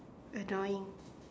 a drawing